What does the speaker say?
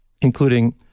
including